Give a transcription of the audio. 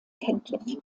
kenntlich